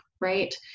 right